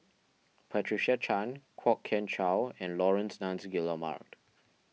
Patricia Chan Kwok Kian Chow and Laurence Nunns Guillemard